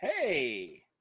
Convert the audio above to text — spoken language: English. Hey